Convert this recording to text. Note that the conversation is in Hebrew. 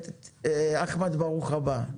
אחמד, ברוך הבא.